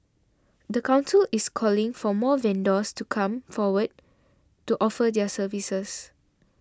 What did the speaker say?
the council is calling for more vendors to come forward to offer their services